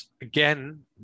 again